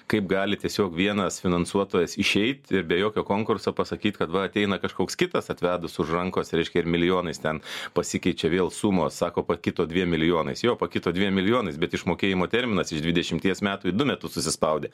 kaip gali tiesiog vienas finansuotojas išeit ir be jokio konkurso pasakyt kad va ateina kažkoks kitas atvedus už rankos reiškia ir milijonais ten pasikeičia vėl sumos sako pakito dviem milijonais jo pakito dviem milijonais bet išmokėjimo terminas iš dvidešimties metų į du metus susispaudė